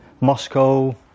...Moscow